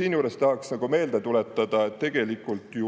Siinjuures tahaks meelde tuletada, et tegelikult